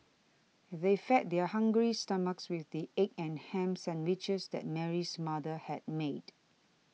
they fed their hungry stomachs with the egg and ham sandwiches that Mary's mother had made